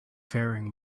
faring